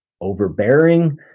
overbearing